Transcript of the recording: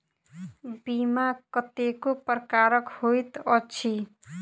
बीमा कतेको प्रकारक होइत अछि